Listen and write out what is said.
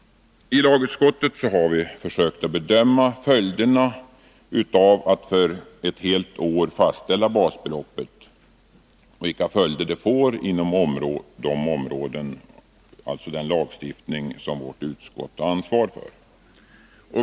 I lagutskottet har vi försökt bedöma de följder som det för ett helt år fastställda basbeloppet kommer att få inom de områden som täcks av lagstiftning som vårt utskott har ansvar för.